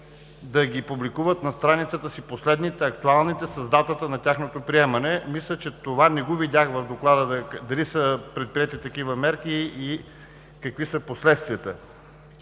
да ги публикуват на страницата си – последните, актуалните, с датата на тяхното приемане. Мисля, че това не го видях в доклада дали са предприети такива мерки и какви са последствията.